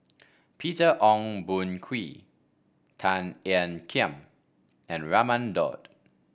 Peter Ong Boon Kwee Tan Ean Kiam and Raman Daud